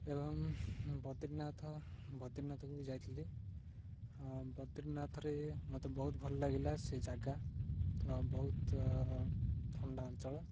ଏବଂ ବଦ୍ରନାଥ ବଦ୍ରନାଥକୁ ବି ଯାଇଥିଲି ବଦ୍ରନାଥରେ ମୋତେ ବହୁତ ଭଲ ଲାଗିଲା ସେ ଜାଗା ତ ବହୁତ ଥଣ୍ଡା ଅଞ୍ଚଳ